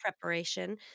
preparation